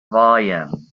volume